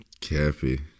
Cappy